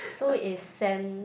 so is sand